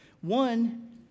One